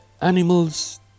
animals